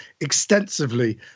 extensively